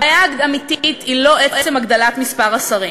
הבעיה האמיתית היא לא עצם הגדלת מספר השרים.